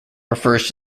refers